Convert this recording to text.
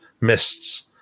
mists